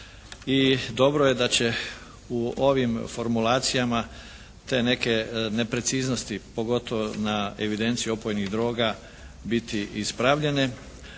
dobro je da će u ovim formulacijama te neke nepreciznosti pogotovo na evidenciju opojnih droga biti ispravljene.